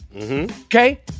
Okay